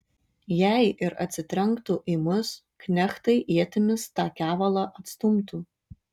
jei ir atsitrenktų į mus knechtai ietimis tą kevalą atstumtų